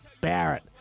Barrett